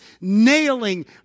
nailing